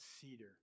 cedar